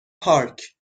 پارک